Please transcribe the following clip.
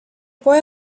boy